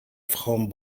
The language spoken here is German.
frauen